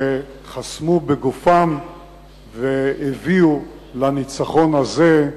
שחסמו בגופם והביאו לניצחון הזה,